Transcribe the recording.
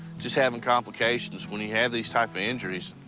just having complications. when you have these type of injuries